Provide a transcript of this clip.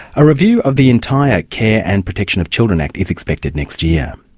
a review of the entire care and protection of children act is expected next year.